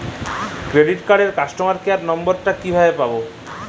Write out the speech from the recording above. Credit কার্ডের customer care number টা কিভাবে পাবো?